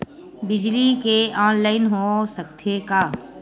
बिजली के ऑनलाइन हो सकथे का?